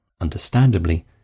Understandably